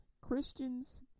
christians